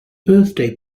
birthday